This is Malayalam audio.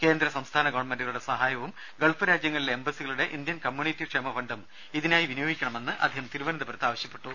കേന്ദ്ര സംസ്ഥാന ഗവൺമെന്റുകളുടെ സഹായവും ഗൾഫ് രാജ്യങ്ങളിലെ എംബസികളുടെ ഇന്ത്യൻ കമ്മ്യൂണിറ്റി ക്ഷേമ ഫണ്ടും ഇതിനായി വിനിയോഗിക്കണമെന്ന് അദ്ദേഹം തിരുവനന്തപുരത്ത് ആവശ്യപ്പെട്ടു